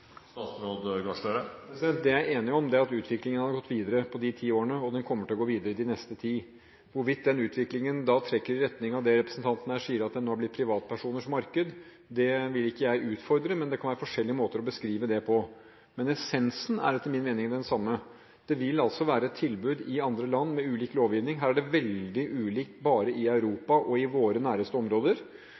Det jeg er enig i, er at utviklingen har gått videre på de ti årene, og den kommer til å gå videre de neste ti. Hvorvidt den utviklingen trekker i retning av det representanten sier, at det nå blir privatpersoners marked, vil jeg ikke utfordre, men det kan være forskjellige måter å beskrive det på. Essensen er etter min mening den samme: Det vil være tilbud i andre land med ulik lovgivning. Det er veldig ulikt bare i Europa og i våre nærmeste områder.